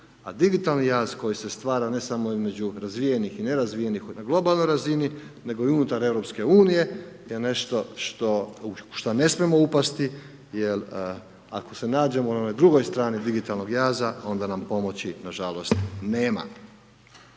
A digitalni jaz koji se stvara, ne samo između razvijenih i nerazvijenih na globalnoj razini, nego i unutar EU, je nešto što, u što ne smijemo upisati, jer ako se nađemo na kojoj drugoj strani digitalnog jaza, onda nam pomoći nažalost nema.